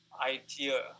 idea